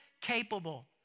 capable